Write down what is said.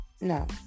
no